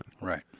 right